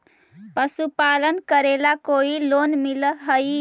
पशुपालन करेला कोई लोन मिल हइ?